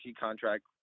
contract